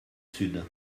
sud